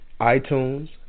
iTunes